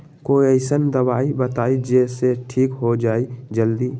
कोई अईसन दवाई बताई जे से ठीक हो जई जल्दी?